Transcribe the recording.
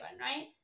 right